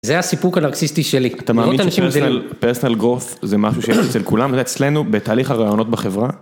זה הסיפור קלרקסיסטי שלי. אתה מבין שפרסנל גורף זה משהו שיש אצל כולם ואצלנו בתהליך הרעיונות בחברה?